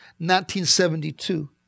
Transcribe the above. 1972